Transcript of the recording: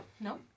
No